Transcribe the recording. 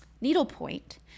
needlepoint